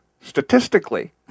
statistically